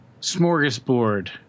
smorgasbord